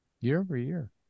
year-over-year